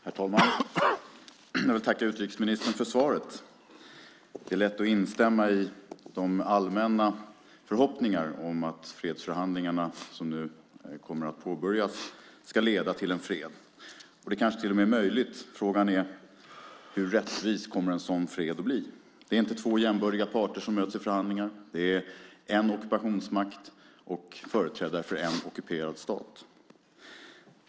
Herr talman! Jag vill tacka utrikesministern för svaret. Det är lätt att instämma i de allmänna förhoppningarna om att de fredsförhandlingar som nu kommer att påbörjas ska leda till en fred. Det kanske till och med är möjligt, frågan är hur rättvis en sådan fred kommer att bli. Det är inte två jämbördiga parter som möts i förhandlingar. Det är en ockupationsmakt och företrädare för en ockuperad stat.